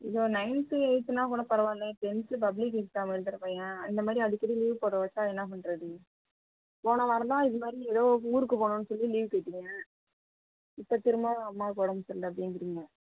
இதே ஒரு நைன்த்து எயித்துன்னாக்கூட பரவாயில்லை டென்த்து பப்ளிக் எக்ஸாம் எழுதுற பையன் இந்தமாதிரி அடிக்கடி லீவ் போட வைச்சா என்ன பண்ணுறது போன வாரம் தான் இதுமாதிரி ஏதோ ஊருக்கு போகணும்ன்னு சொல்லி லீவ் கேட்டீங்க இப்போ திரும்பவும் அம்மாவுக்கு உடம்பு சரியில்ல அப்படிங்கிறீங்க